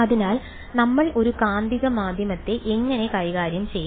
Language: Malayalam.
അതിനാൽ നമ്മൾ ഒരു കാന്തിക മാധ്യമത്തെ എങ്ങനെ കൈകാര്യം ചെയ്യും